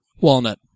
Walnut